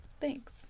Thanks